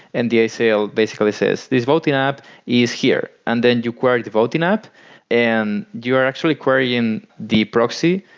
and the aco basically says, this voting app is here. and then you query the voting app and you are actually querying the proxy,